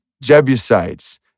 Jebusites